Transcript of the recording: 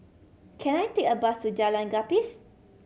can I take a bus to Jalan Gapis